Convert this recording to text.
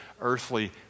earthly